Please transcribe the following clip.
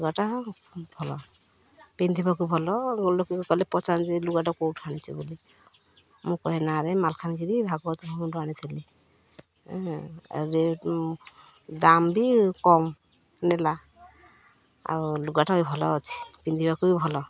ଲୁଗାଟା ଭଲ ପିନ୍ଧିବାକୁ ଭଲ ଲୋକ କଲେ ପଚାରନ୍ତ ଯେ ଲୁଗାଟା କେଉଁଠୁ ଆଣିଛୁ ବୋଲି ମୁଁ କହେ ନାଁରେ ମାଲକାନକିରି ଭାଗବତ ଭବନରୁ ଆଣିଥିଲି ରେଟ୍ ଦାମ୍ବି କମ୍ ନେଲା ଆଉ ଲୁଗାଟା ବି ଭଲ ଅଛି ପିନ୍ଧିବାକୁ ବି ଭଲ